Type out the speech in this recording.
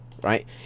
Right